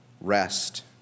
rest